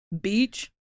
Beach